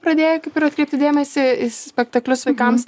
pradėjai kaip ir atkreipti dėmesį į spektaklius vaikams